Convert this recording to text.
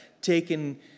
taken